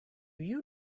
you